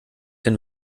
den